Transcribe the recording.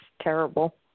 terrible